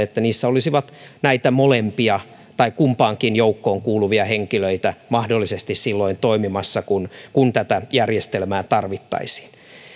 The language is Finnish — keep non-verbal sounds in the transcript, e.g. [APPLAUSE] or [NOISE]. [UNINTELLIGIBLE] että niissä olisi näitä molempia tai kumpaankin joukkoon kuuluvia henkilöitä mahdollisesti silloin toimimassa kun kun tätä järjestelmää tarvittaisiin